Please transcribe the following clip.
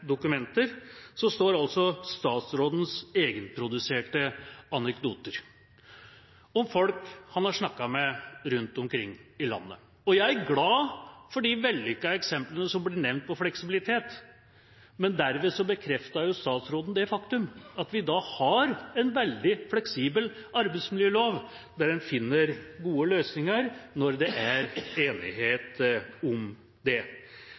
dokumenter, står statsrådens egenproduserte anekdoter – om folk han har snakket med rundt omkring i landet. Jeg er glad for de vellykkede eksemplene på fleksibilitet som blir nevnt, men dermed bekrefter jo statsråden det faktum at vi i dag har en veldig fleksibel arbeidsmiljølov, der en finner gode løsninger når det er enighet om det.